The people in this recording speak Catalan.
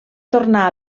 tornar